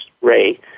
Ray